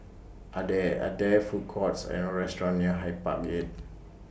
Are There Are There Food Courts and restaurants near Hyde Park Gate